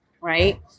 right